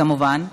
כמובן,